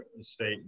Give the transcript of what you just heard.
state